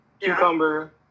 cucumber